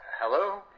Hello